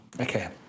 Okay